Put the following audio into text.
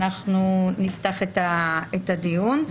אנחנו נפתח את הדיון,